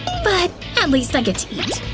but at least i get to eat!